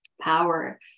power